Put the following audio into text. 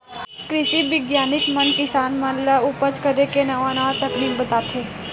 कृषि बिग्यानिक मन किसान मन ल उपज करे के नवा नवा तरकीब बताथे